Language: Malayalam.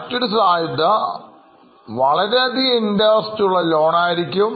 മറ്റൊരു സാധ്യത വളരെയധികം interest ഉള്ള ലോൺ ആയിരിക്കും